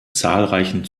zahlreichen